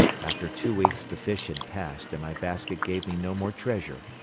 after two weeks the fish had passed and my basket gave me no more treasure,